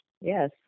Yes